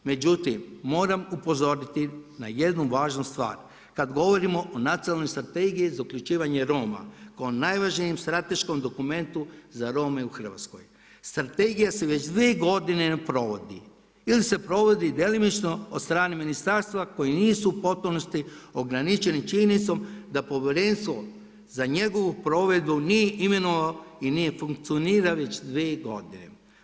Međutim, moram upozoriti na jednu važnu stvar kada govorimo o Nacionalnoj strategiji za uključivanje Roma kao najvažnijem strateškom dokumentu za Rome u Hrvatskoj, strategija se već dvije godine ne provodi, ili se provodi djelomično od strane ministarstva koji nisu u potpunosti ograničeni činjenicom da povjerenstvo za njegovu provedbu nije imenovano i ne funkcionira već dvije godine.